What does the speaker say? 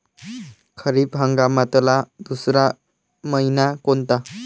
खरीप हंगामातला दुसरा मइना कोनता?